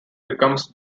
becomes